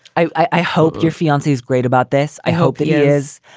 i i hope your fiancee is great about this. i hope it is.